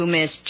Miss